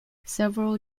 several